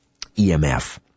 EMF